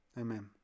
Amen